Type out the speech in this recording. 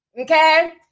okay